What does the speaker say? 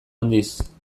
handiz